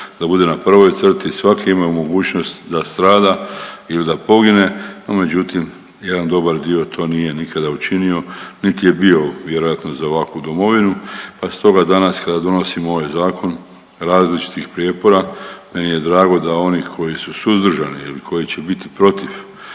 da bude na prvoj crti, svaki je imao mogućnost da strada ili da pogine, no međutim jedan dobar dio to nije nikada učinio, niti je bio vjerojatno za ovakvu domovinu, pa stoga danas kada donosimo ovaj zakon različitih prijepora meni je drago da oni koji su suzdržani ili koji će biti protiv